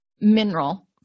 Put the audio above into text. mineral